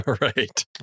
Right